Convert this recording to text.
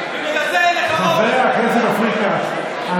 בחוסר אחריות שלא היה